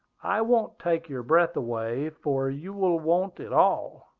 i won't take your breath away, for you will want it all.